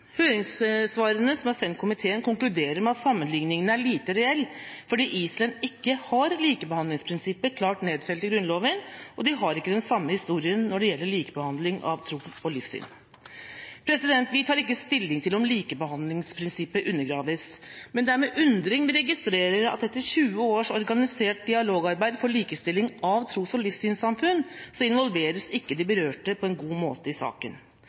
Høringssvarene som er sendt komiteen, konkluderer med at sammenligningen er lite reell, fordi Island ikke har likebehandlingsprinsippet klart nedfelt i grunnloven, og de har ikke den samme historien når det gjelder likebehandling av tro og livssyn. Vi tar ikke stilling til om likebehandlingsprinsippet undergraves, men det er med undring vi registrerer at etter 20 års organisert dialogarbeid for likestilling av tros- og livssynssamfunn, involveres ikke de berørte på en god måte i saken.